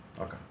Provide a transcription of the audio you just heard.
Okay